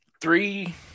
Three